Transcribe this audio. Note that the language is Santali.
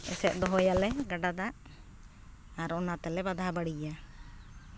ᱮᱥᱮᱫ ᱫᱚᱦᱚᱭᱟᱞᱮ ᱜᱟᱸᱰᱟ ᱫᱟᱜ ᱟᱨ ᱚᱱᱟ ᱛᱮᱞᱮ ᱵᱟᱫᱷᱟ ᱵᱟᱹᱲᱤᱭᱟ